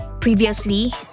previously